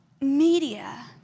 media